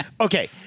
Okay